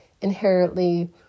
inherently